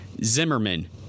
Zimmerman